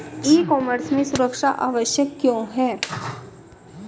ई commerce में सुरक्षा आवश्यक क्यों है?